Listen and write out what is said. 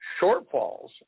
shortfalls